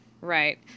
Right